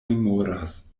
memoras